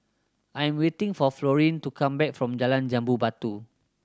I am waiting for Florene to come back from Jalan Jambu Batu